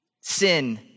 Sin